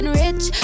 rich